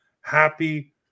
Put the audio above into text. happy